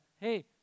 Hey